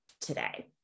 today